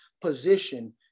position